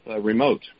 remote